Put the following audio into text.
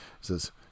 says